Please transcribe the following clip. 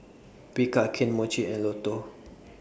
Bika Kane Mochi and Lotto